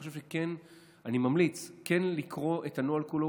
ואני ממליץ לקרוא את הנוהל כולו,